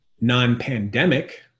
non-pandemic